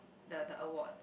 the the award